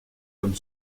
comme